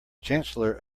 chancellor